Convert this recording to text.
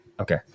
okay